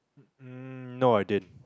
mm no I didn't